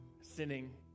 sinning